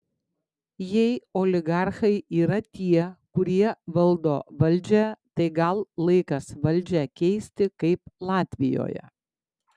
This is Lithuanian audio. jei oligarchai yra tie kurie valdo valdžią tai gal laikas valdžią keisti kaip latvijoje